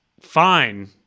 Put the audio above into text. fine